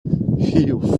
who